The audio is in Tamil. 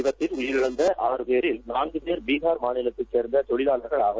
விபத்தில் உயிரிழுத்த ஆறு பேரில் நான்கு பேர் பீனர் மாநிலத்தைச் சேர்ந்த கொழிலாளர்கள் ஆவர்